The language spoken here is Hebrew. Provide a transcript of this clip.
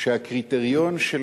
שהקריטריון של